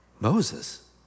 Moses